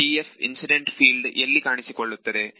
TF incident field ಎಲ್ಲಿ ಕಾಣಿಸಿಕೊಳ್ಳುತ್ತದೆ